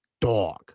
Dog